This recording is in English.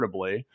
affordably